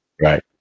Right